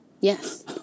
Yes